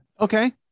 Okay